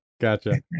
Gotcha